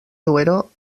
duero